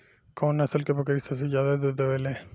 कउन नस्ल के बकरी सबसे ज्यादा दूध देवे लें?